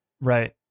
Right